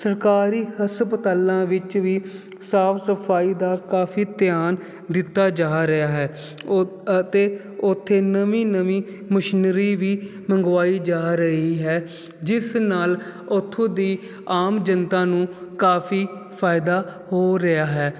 ਸਰਕਾਰੀ ਹਸਪਤਾਲਾਂ ਵਿੱਚ ਵੀ ਸਾਫ ਸਫਾਈ ਦਾ ਕਾਫੀ ਧਿਆਨ ਦਿੱਤਾ ਜਾ ਰਿਹਾ ਹੈ ਅਤੇ ਉਥੇ ਨਵੇਂ ਨਵੀਂ ਮਸ਼ੀਨਰੀ ਵੀ ਮੰਗਵਾਈ ਜਾ ਰਹੀ ਹੈ ਜਿਸ ਨਾਲ ਉਥੋਂ ਦੀ ਆਮ ਜਨਤਾ ਨੂੰ ਕਾਫੀ ਫਾਇਦਾ ਹੋ ਰਿਹਾ ਹੈ